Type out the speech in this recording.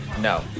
no